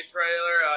Trailer